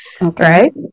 Right